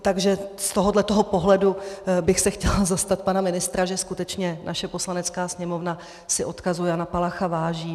Takže z tohoto pohledu bych se chtěla zastat pana ministra, že skutečně naše Poslanecká sněmovna si odkazu Jana Palacha váží.